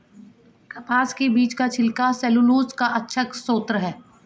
कपास के बीज का छिलका सैलूलोज का अच्छा स्रोत है